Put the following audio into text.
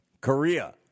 Korea